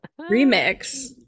remix